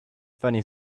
funny